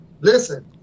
Listen